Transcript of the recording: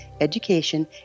education